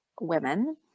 women